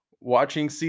Watching